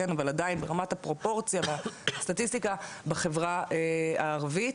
אבל עדיין ברמת הפרופורציה והסטטיסטיקה בחברה הערבית.